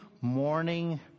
morning